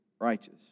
righteous